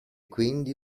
quindi